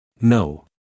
No